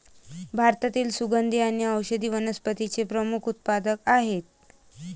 भारतातील सुगंधी आणि औषधी वनस्पतींचे प्रमुख उत्पादक आहेत